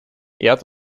erd